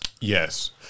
Yes